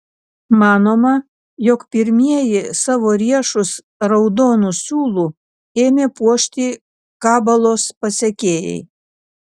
manoma jog pirmieji savo riešus raudonu siūlu ėmė puošti kabalos pasekėjai